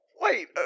Wait